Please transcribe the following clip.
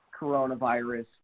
coronavirus